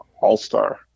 all-star